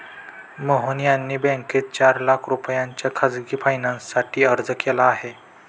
मोहन यांनी बँकेत चार लाख रुपयांच्या खासगी फायनान्ससाठी अर्ज केला आहे